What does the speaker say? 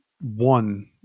one